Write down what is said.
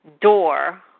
door